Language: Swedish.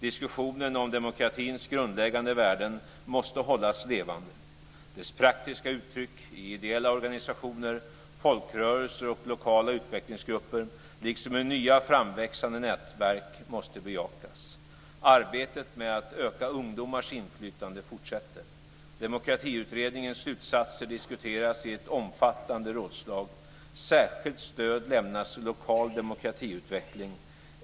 Diskussionen om demokratins grundläggande värden måste hållas levande. Dess praktiska uttryck i ideella organisationer, folkrörelser och lokala utvecklingsgrupper, liksom i nya framväxande nätverk, måste bejakas. Arbetet med att öka ungdomars inflytande fortsätter. Demokratiutredningens slutsatser diskuteras i ett omfattande rådslag. Särskilt stöd lämnas till lokal demokratiutveckling.